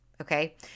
Okay